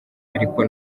ariko